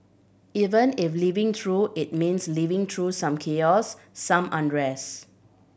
even if living through it means living through some chaos some unrest